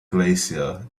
glacier